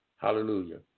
Hallelujah